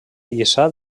lliçà